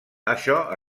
això